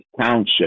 township